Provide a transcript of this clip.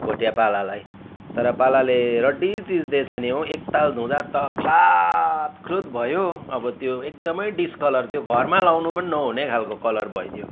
भोटिया पालालाई तर पालाले रड्डी चिज दिएछ नि हौ एकताल धुँदा त ख्लातख्लुत भयो अब त्यो एकदमै डिस्कलर त्यो घरमा लाउनु पनि नहुने खालको कलर भइदियो